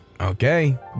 Okay